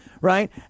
right